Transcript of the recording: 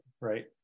right